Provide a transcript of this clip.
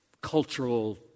cultural